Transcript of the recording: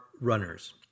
runners